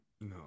no